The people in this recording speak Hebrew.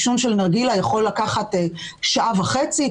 עישון נרגילה יכול לקחת שעה וחצי,